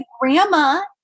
grandma –